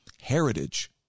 heritage